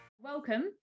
Welcome